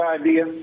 idea